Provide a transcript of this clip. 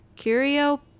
Curio